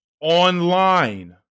online